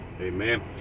amen